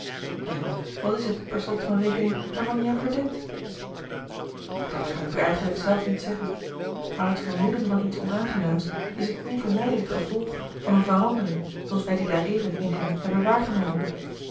en wat is het per slot van rekening waarvan je hem verdenkt dat kan ik u eigenlijk zelf niet zeggen maar het vermoeden van iets onaangenaams is t onvermijdelijk gevolg van een verandering zooals wij die daareven in hem hebben waargenomen